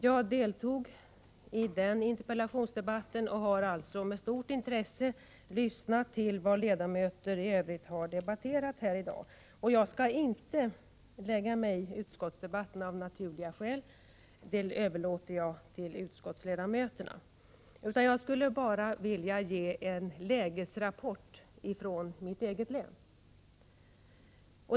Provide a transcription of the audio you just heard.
Jag deltog i nämnda interpellationsdebatt och har alltså med stort intresse lyssnat till debatten i dag. Jag skall av naturliga skäl inte lägga mig i utskottsdebatten — den överlåter jag åt utskottsledamöterna. I stället vill jag ge en lägesrapport från mitt eget län.